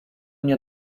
mnie